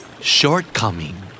Shortcoming